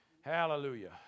Hallelujah